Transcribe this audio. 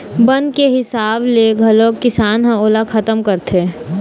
बन के हिसाब ले घलोक किसान ह ओला खतम करथे